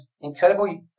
incredible